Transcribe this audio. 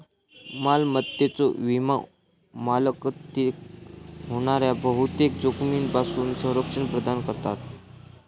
मालमत्तेचो विमो मालमत्तेक होणाऱ्या बहुतेक जोखमींपासून संरक्षण प्रदान करता